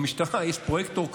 במשטרה יש פרויקטור,